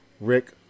rick